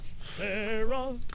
Sarah